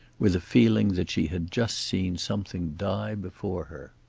with a feeling that she had just seen something die before her.